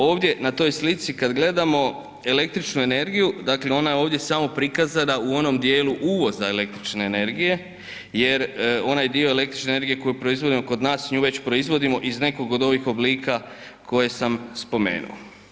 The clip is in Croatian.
Ovdje na toj slici kad gledamo električnu energiju, dakle ona je ovdje samo prikazana u onom dijelu uvoza električne energije jer onaj dio električne energije koju proizvodimo kod nas, nju već proizvodimo iz nekog od ovih oblika koje sam spomenuo.